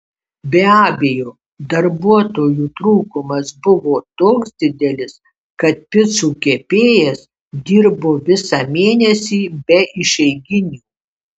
be abejo darbuotojų trūkumas buvo toks didelis kad picų kepėjas dirbo visą mėnesį be išeiginių